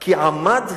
כי עמד,